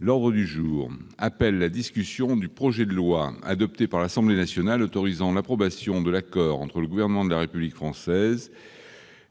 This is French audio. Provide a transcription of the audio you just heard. L'ordre du jour appelle la discussion du projet de loi, adopté par l'Assemblée nationale, autorisant l'approbation de l'accord entre le Gouvernement de la République française